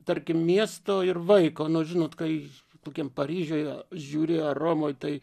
tarkim miesto ir vaiko nu žinot kai kokiam paryžiuj žiūri ar romoj tai